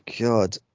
god